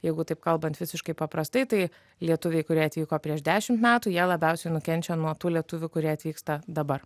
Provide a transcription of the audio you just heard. jeigu taip kalbant visiškai paprastai tai lietuviai kurie atvyko prieš dešimt metų jie labiausiai nukenčia nuo tų lietuvių kurie atvyksta dabar